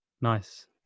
Nice